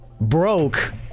Broke